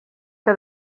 que